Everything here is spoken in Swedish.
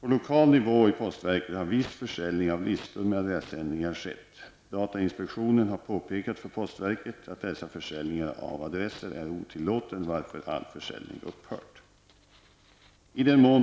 [AS skett. Datainspektionen har påpekat för postverket att dess försäljning av adresser är otillåten, varför all försäljning upphört.